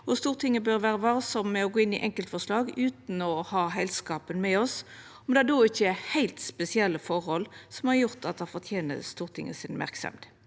Stortinget bør vera varsam med å gå inn i enkeltforslag utan å ha heilskapen med oss, om det då ikkje er heilt spesielle forhold som har gjort at det fortener Stortingets merksemd.